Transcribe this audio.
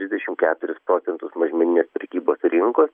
dvidešimt keturis procentus mažmeninės prekybos rinkos